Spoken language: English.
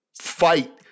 fight